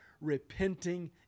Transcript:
repenting